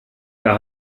der